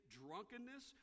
drunkenness